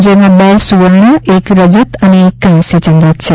જેમાં બે સુવર્ણ એક રજત અને એક કાંસ્ય ચંદ્રક છે